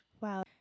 Wow